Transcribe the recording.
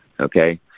Okay